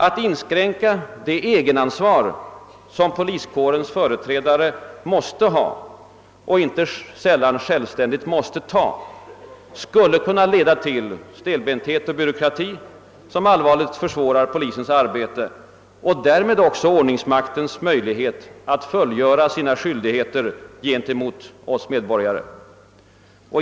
Att inskränka det egenansvar som poliskårens företrädare måste ha och inte sällan självständigt måste ta skulle däremot kunna leda till stelbenthet och byråkrati som allvarligt skulle kunna försvåra polisens arbete och därmed också ordningsmaktens möjligheter att fullgöra sina skyldigheter gentemot oss medborgare.